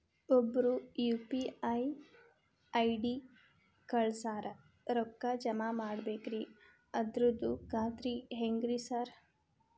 ಒಬ್ರು UPI ID ಕಳ್ಸ್ಯಾರ ರೊಕ್ಕಾ ಜಮಾ ಮಾಡ್ಬೇಕ್ರಿ ಅದ್ರದು ಖಾತ್ರಿ ಹೆಂಗ್ರಿ ಸಾರ್?